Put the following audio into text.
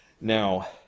Now